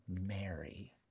Mary